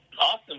awesome